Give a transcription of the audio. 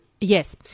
yes